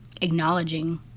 acknowledging